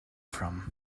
from